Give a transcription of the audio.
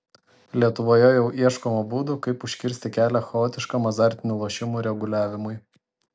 lietuvoje jau ieškoma būdų kaip užkirsti kelią chaotiškam azartinių lošimų reguliavimui